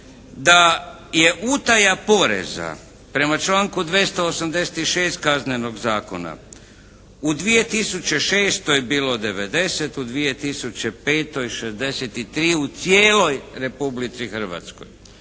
da je utaja poreza prema članku 286. Kaznenog zakona u 2006. bilo 90, u 2005. 63 u cijeloj Republici Hrvatskoj,